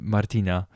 Martina